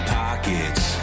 pockets